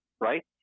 Right